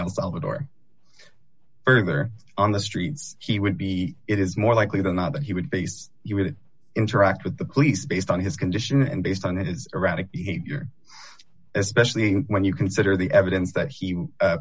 el salvador further on the streets he would be it is more likely than not that he would base you would interact with the police based on his condition and based on his erratic behavior especially when you consider the evidence that